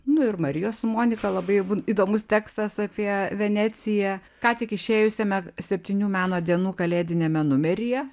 nu ir marijos su monika labai įdomus tekstas apie veneciją ką tik išėjusiame septynių meno dienų kalėdiniame numeryje